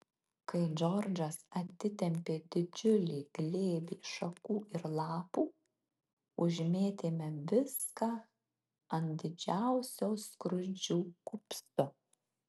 kai džordžas atitempė didžiulį glėbį šakų ir lapų užmėtėme viską ant didžiausio skruzdžių kupsto